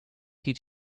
teach